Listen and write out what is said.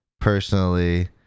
Personally